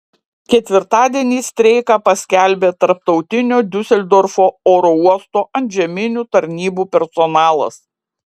ketvirtadienį streiką paskelbė tarptautinio diuseldorfo oro uosto antžeminių tarnybų personalas